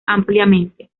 ampliamente